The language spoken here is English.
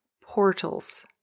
portals